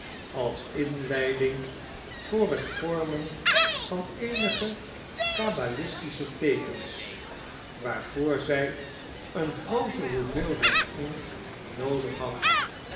als inleiding voor het vormen van eenige kabalistische teekens waarvoor zij eem groote hoeveelheid inkt noodig had